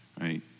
right